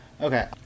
Okay